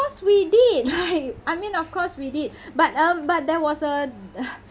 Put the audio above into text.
~urse we did right I mean of course we did but um but there was a